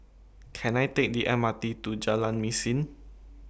Can I Take The M R T to Jalan Mesin